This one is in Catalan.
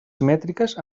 simètriques